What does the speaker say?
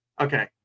Okay